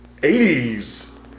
80s